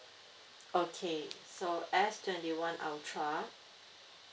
okay so S twenty one ultra